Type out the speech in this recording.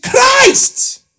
Christ